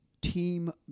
team